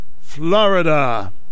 Florida